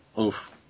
Oof